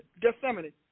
Gethsemane